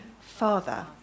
Father